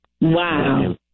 Wow